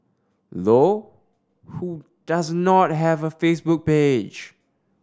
low who does not have a Facebook page